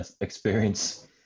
experience